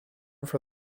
for